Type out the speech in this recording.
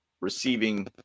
receiving